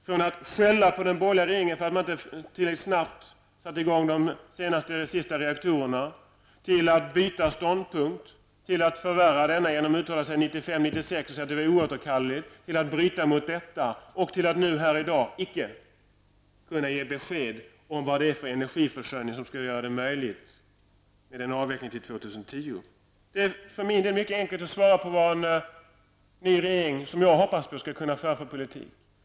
Från att skälla på den borgerliga regeringen för att man inte tillräckligt snabbt satte i gång de senaste, eller sista, reaktorerna till att byta ståndpunkt, till att förvärra denna genom att uttala sig att 95—96 var oåterkalleligt, till att bryta mot detta och till att nu här i dag icke kunna ge besked om vad det är för energiförsörjning som skall göra det möjligt med en avveckling till år 2010. Det är för min del mycket enkelt att svara på vad en ny regering, som jag hoppas skall komma, skall föra för politik.